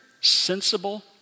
sensible